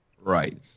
Right